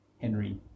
Henry